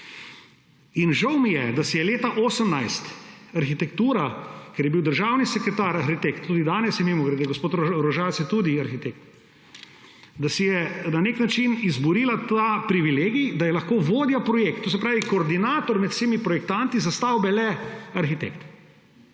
Žal mi je, da si je leta 2018 arhitektura, ker je bil državni sekretar arhitekt – tudi danes je, mimogrede, gospod Rožac je tudi arhitekt – nek način izborila ta privilegij, da je lahko vodja projekta, to se pravi koordinator med vsemi projektanti za stavbe, le arhitekt.